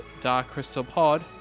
darkcrystalpod